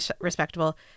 respectable